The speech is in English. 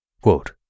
Quote